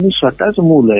मी स्वतःच मूल आहे